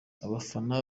abafana